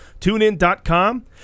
TuneIn.com